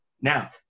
Now